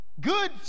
good